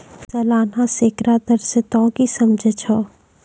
सलाना सैकड़ा दर से तोंय की समझै छौं